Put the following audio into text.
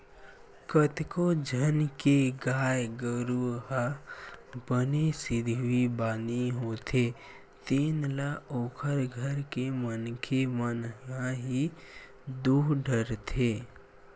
कतको झन के गाय गरु ह बने सिधवी बानी होथे तेन ल ओखर घर के मनखे मन ह ही दूह डरथे